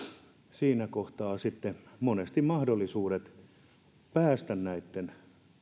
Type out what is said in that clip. siinä kohtaa sitten monesti mahdollisuudet päästä näitten